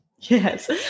Yes